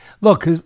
Look